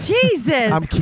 Jesus